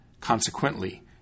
Consequently